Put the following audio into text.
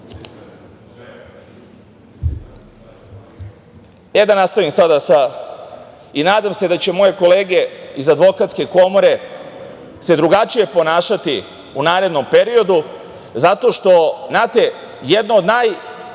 nastavim sada. Nadam se da će moje kolege iz Advokatske komore se drugačije ponašati u narednom periodu zato što, znate, jedno od najviših